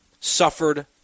suffered